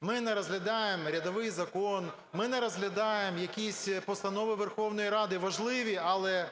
Ми не розглядаємо рядовий закон. Ми не розглядаємо якісь постанови Верховної Ради, важливі, але